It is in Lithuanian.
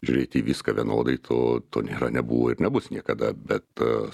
žiūrėti į viską vienodai to to nėra nebuvo ir nebus niekada bet